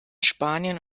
spanien